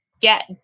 get